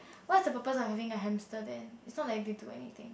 what is a purpose of having hamster then is not like they do anything